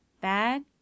bad